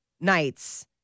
nights